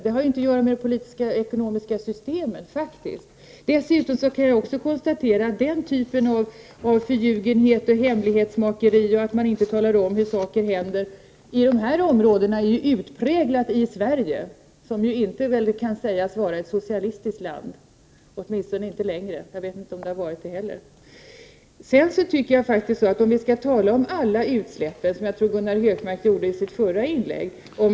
Det här har inte att göra med det politiska och ekonomiska systemet. Dessutom kan jag konstatera att den typ av förljugenhet och hemlighetsmakeri som innebär att man inte talar om vad som händer när det gäller de här sakerna ju är utpräglad i Sverige, som väl inte kan sägas vara ett socialistiskt land, åtminstone inte längre. Jag vet inte om det någonsin har varit det. Jag tror att Gunnar Hökmark i sitt förra inlägg sade att man inte skall tala om bara kärnkraftsutsläpp utan om alla utsläpp.